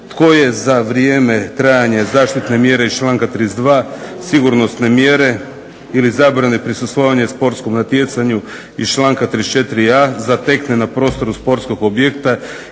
je za vrijeme trajanja zaštitne mjere iz članka 32. sigurnosne mjere ili zabrane prisustvovanja sportskom natjecanju iz članka 34.a zatekne na prostoru sportskog objekta